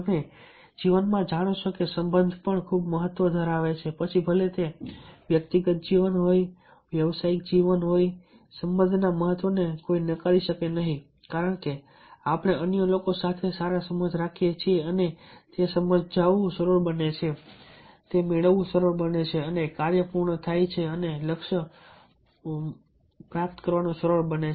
તમે જીવનમાં જાણો છો કે સંબંધ પણ ખૂબ મહત્વ ધરાવે છે પછી ભલે તે વ્યક્તિગત જીવન હોય વ્યવસાયિક જીવન સંબંધના મહત્વને કોઈ નકારી શકે નહીં કારણ કે આપણે અન્ય લોકો સાથે સારા સંબંધ રાખીએ છીએ અને તેને સમજાવવું સરળ બને છે તે મેળવવું સરળ બને છે અને કાર્ય પૂર્ણ થાય છે અને લક્ષ્ય પ્રાપ્ત કરવું સરળ બને છે